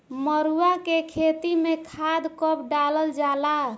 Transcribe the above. मरुआ के खेती में खाद कब डालल जाला?